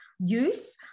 use